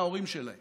בממשלת מעבר.